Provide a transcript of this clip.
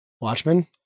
Watchmen